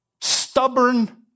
stubborn